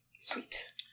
Sweet